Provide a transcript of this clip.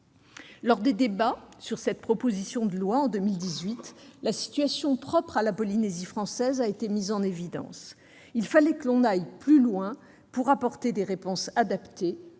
Lors des débats sur cette proposition de loi, en 2018, la situation propre à la Polynésie française a été mise en évidence. Il fallait aller plus loin pour apporter des réponses adaptées,